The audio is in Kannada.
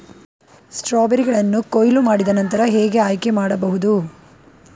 ಸ್ಟ್ರಾಬೆರಿಗಳನ್ನು ಕೊಯ್ಲು ಮಾಡಿದ ನಂತರ ಹೇಗೆ ಆಯ್ಕೆ ಮಾಡಬಹುದು?